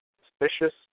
suspicious